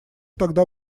тогда